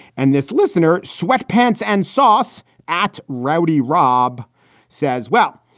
and this listener sweat pants and sauce at rowdy rob says, well,